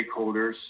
stakeholders